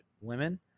women